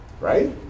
Right